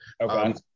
Okay